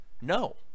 No